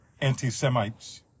anti-Semites